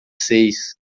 seis